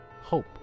hope